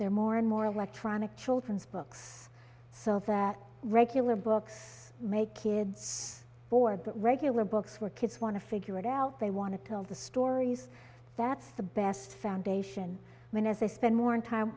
are more and more electronic children's books so that regular books make kids bored but regular books for kids want to figure it out they want to tell the stories that's the best foundation when as they spend more time